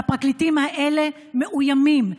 והפרקליטים האלה מאוימים.